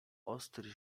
ostry